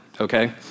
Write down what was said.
okay